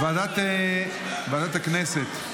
ועדת הכנסת,